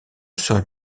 serait